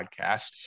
Podcast